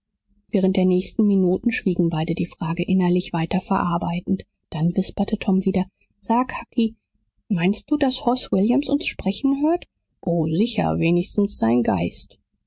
während der nächsten minuten schwiegen beide die frage innerlich weiter verarbeitend dann wisperte tom wieder sag hucky meinst du daß hoss williams uns sprechen hört o sicher wenigstens sein geist